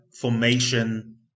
formation